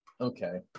okay